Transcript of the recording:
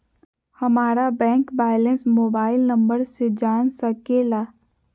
हमारा bank balance mobile number से जान सके ला?